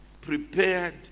prepared